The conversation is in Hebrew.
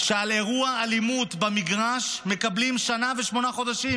על אירוע אלימות במגרש מקבלים שנה ושמונה חודשים